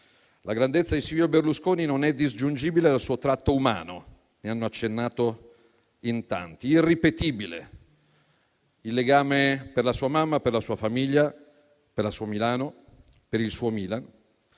La grandezza di Silvio Berlusconi non è disgiungibile dal suo tratto umano: ne hanno accennato in tanti. Irripetibile il legame per la sua mamma, per la sua famiglia, per la sua Milano, per il suo Milan.